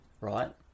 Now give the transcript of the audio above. right